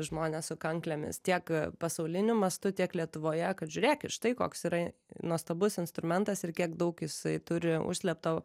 žmones su kanklėmis tiek pasauliniu mastu tiek lietuvoje kad žiūrėkit ir štai koks yra nuostabus instrumentas ir kiek daug jisai turi užslėpto